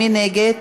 מי נגד?